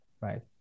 right